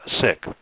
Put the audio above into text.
sick